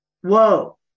Whoa